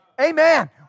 Amen